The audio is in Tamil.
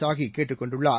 சாஹி கேட்டுக் கொண்டுள்ளார்